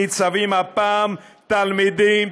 ניצבים הפעם תלמידים,